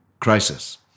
crisis